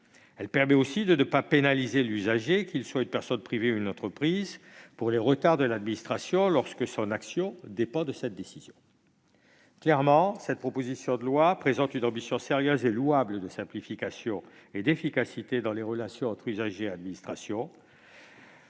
Il permet aussi de ne pas pénaliser l'usager, que celui-ci soit une personne privée ou une entreprise, pour les retards de l'administration, lorsque son action dépend de cette décision. Clairement, cette proposition de loi est motivée par une ambition sérieuse et louable de simplification et d'efficacité dans les relations entre usagers et administration,